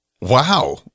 Wow